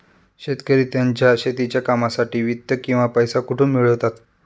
शेतकरी त्यांच्या शेतीच्या कामांसाठी वित्त किंवा पैसा कुठून मिळवतात?